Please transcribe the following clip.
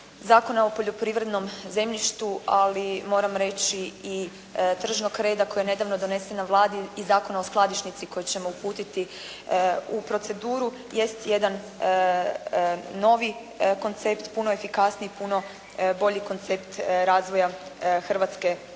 Zakona o poljoprivrednom zemljištu, ali moram reći i tržnog reda koje je nedavno doneseno Vladi i Zakona o skladišnici koje ćemo uputiti, jest jedan novi koncept, puno efikasniji, puno bolji koncept razvoja hrvatske